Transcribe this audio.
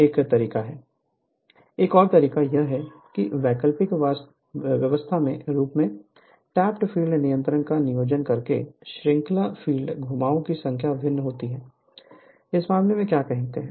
Refer Slide Time 0906 एक और तरीका यह है कि एक वैकल्पिक व्यवस्था के रूप में टैप फ़ील्ड नियंत्रण को नियोजित करके श्रृंखला फ़ील्ड घुमावों की संख्या भिन्न होती है इस मामले में क्या होता है